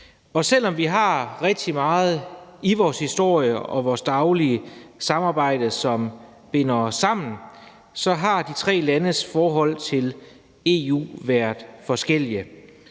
EU. Selv om vi har rigtig meget i vores historie og i vores daglige samarbejde, som binder os sammen, har de tre landes forhold til EU været forskellige.